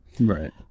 Right